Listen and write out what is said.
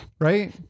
right